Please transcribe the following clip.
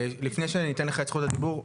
לפני שאני אתן לך את זכות הדיבור,